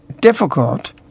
difficult